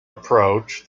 approach